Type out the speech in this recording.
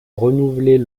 renouveler